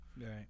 Right